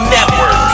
Network